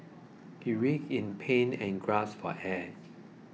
he writhed in pain and gasped for air